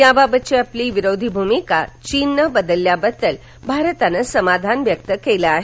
याबाबतची आपली विरोधी भूमिका चीननं बदलल्याबद्दल भारतानं समाधान व्यक्त केलं आहे